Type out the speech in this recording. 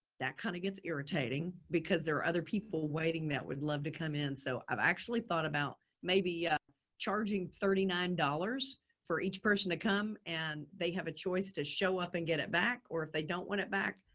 that kind of gets irritating because there are other people waiting that would love to come in. so i've actually thought about maybe a charging thirty nine dollars for each person to come and they have a choice to show up and get it back. or if they don't want it back,